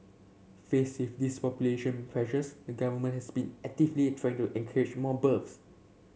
faced with these population pressures the Government has been actively trying to encourage more